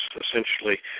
essentially